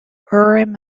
urim